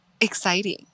exciting